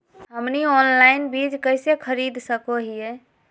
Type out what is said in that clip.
हमनी ऑनलाइन बीज कइसे खरीद सको हीयइ?